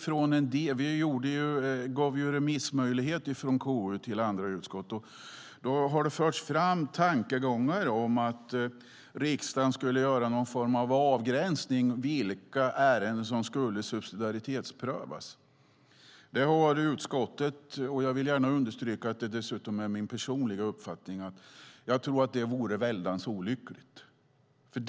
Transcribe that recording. Från KU gav vi remissmöjlighet till andra utskott, och det har förts fram tankar om att riksdagen skulle göra någon form av avgränsning beträffande vilka ärenden som ska subsidiaritetsprövas. Frågan har behandlats i utskottet, och man har kommit fram till att det vore väldigt olyckligt; jag vill gärna understryka att det dessutom är min personliga uppfattning.